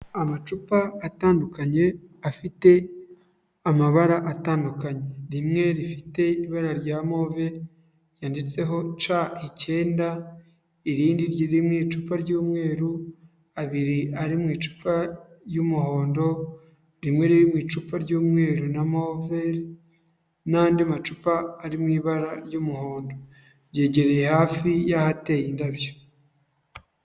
Amacupa atandukanye afite amabara atandukanye. Rimwe rifite ibara rya move ryanditseho ca icyenda, irindi riri mu icupa ry'umweru, abiri ari mu icupa y'umuhondo, rimwe riri mu icupa ry'umweru na move, n'andi macupa ari mu ibara ry'umuhondo. Byegereye hafi y'ahateye indabyo.